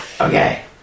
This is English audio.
Okay